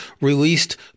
released